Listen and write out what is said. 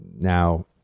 Now